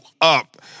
up